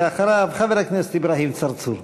ואחריו, חבר הכנסת אברהים צרצור.